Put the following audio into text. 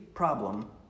problem